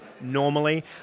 normally